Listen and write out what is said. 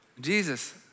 Jesus